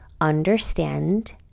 understand